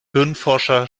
hirnforscher